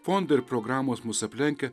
fondai ir programos mus aplenkia